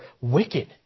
wicked